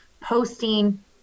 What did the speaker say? posting